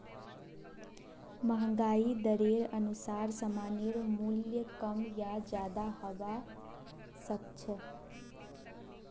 महंगाई दरेर अनुसार सामानेर मूल्य कम या ज्यादा हबा सख छ